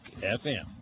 FM